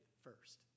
first